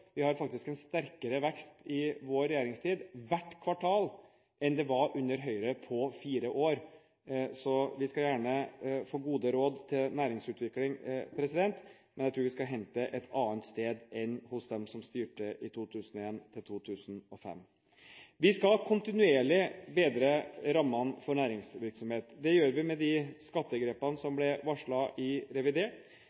Vi har faktisk en sterkere vekst i vår regjeringstid, hvert kvartal, enn det var under Høyre på fire år. Så vi skal gjerne få gode råd til næringsutvikling, men jeg tror vi skal hente dem et annet sted enn hos dem som styrte fra 2001 til 2005. Vi skal kontinuerlig bedre rammene for næringsvirksomhet. Det gjør vi med de skattegrepene som